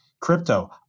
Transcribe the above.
crypto